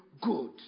good